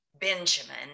Benjamin